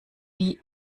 wie